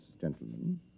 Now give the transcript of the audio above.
gentlemen